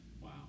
Wow